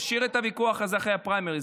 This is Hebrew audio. תשאיר את הוויכוח הזה לאחרי הפריימריז.